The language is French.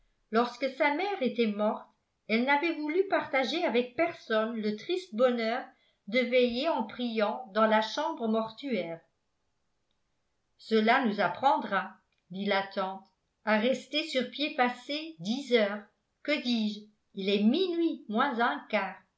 lorsque sa mère était morte elle n'avait voulu partager avec personne le triste bonheur de veiller en priant dans la chambre mortuaire cela nous apprendra dit la tante à rester sur pied passé dix heures que dis-je il est minuit moins un quart